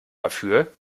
dafür